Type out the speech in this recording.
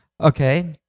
Okay